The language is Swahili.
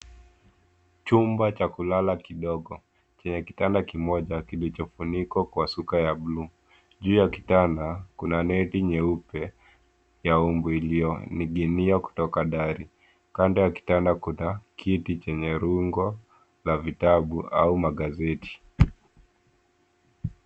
Chumba cha kulala kidogo chenye kitanda kimoja kilichofunikwa kwa shuka ya blue .Juu ya kitanda kuna neti nyeupe ya mbu iliyoning'inia kutoka dari. Kando ya kitanda kuna kiti chenye rundo la vitabu au magazeti.